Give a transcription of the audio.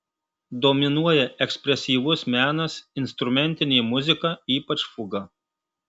dominuoja ekspresyvus menas instrumentinė muzika ypač fuga